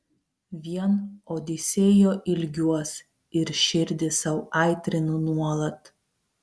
vien odisėjo ilgiuos ir širdį sau aitrinu nuolat